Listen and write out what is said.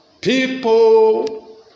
People